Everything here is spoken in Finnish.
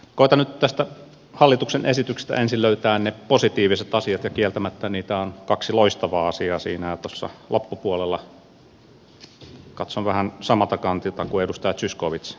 koetan nyt tästä hallituksen esityksestä ensin löytää ne positiiviset asiat ja kieltämättä niitä on kaksi loistavaa asiaa siinä ja tuossa loppupuolella katson asioita vähän samalta kantilta kuin edustaja zyskowicz